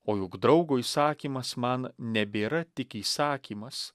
o juk draugo įsakymas man nebėra tik įsakymas